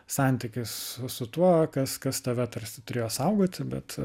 santykis su su tuo kas kas tave tarsi turėjo saugoti bet